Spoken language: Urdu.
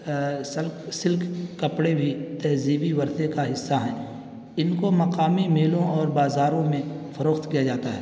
سلک سلک کپڑے بھی تہذیبی ورثے کا حصہ ہیں ان کو مقامی میلوں اور بازاروں میں فروخت کیا جاتا ہے